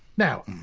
now, um,